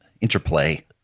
interplay